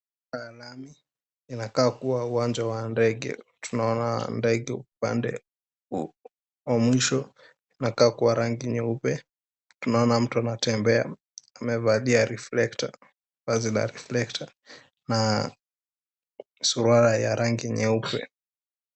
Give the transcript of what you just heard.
Linakaa kuwa uwanja wa ndege. Tunaona ndege upande wa mwisho zimepakwa rangi nyeupe. Tunaona mtu anatembea, amevalia reflector ana vazi la reflector na suruali ya rangi nyeupe.